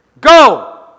go